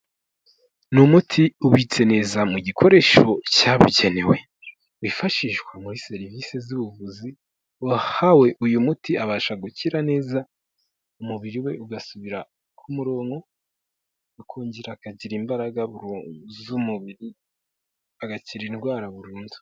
Ni umuti ubitse neza mu gikoresho cyabukenewe, wifashishwa muri serivisi z'ubuvuzi, uwahawe uyu muti abasha gukira neza, umubiri we ugasubira ku murongo akongera akagira imbaraga z'umubiri agakira indwara burundu.